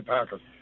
Packers